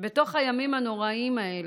שבתוך הימים הנוראים האלה,